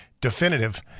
definitive